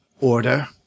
Order